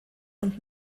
und